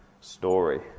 story